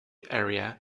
area